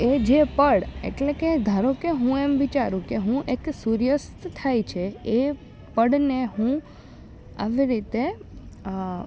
એ જે પળ એટલે કે ધારો કે હું એમ વિચારું કે હું એક સૂર્યાસ્ત થાય છે એ પળને હું આવી રીતે